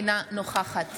אינה נוכחת